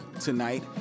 tonight